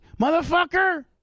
motherfucker